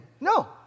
No